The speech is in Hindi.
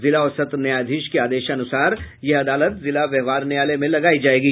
जिला और सत्र न्यायाधीश के आदेशानुसार यह अदालत जिला व्यवहार न्यायालय में लगायी जायेगी